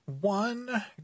one